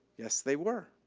yes they were.